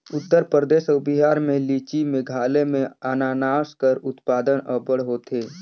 उत्तर परदेस अउ बिहार में लीची, मेघालय में अनानास कर उत्पादन अब्बड़ होथे